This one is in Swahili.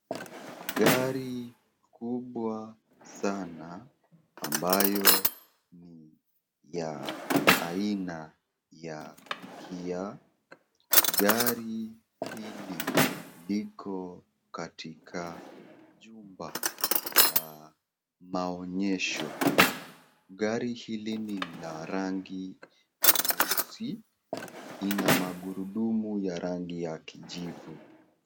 Gari kubwa sana ambayo ni ya aina ya Kia, gari hili liko katika jumba la maonyesho. Gari hili ni la rangi nyeusi, lina magurudumu ya rangi ya kijivu.